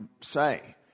say